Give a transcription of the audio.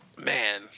man